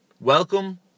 welcome